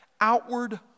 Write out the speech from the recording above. outward